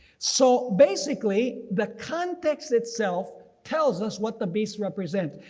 so, basically the context itself tells us what the beast represent.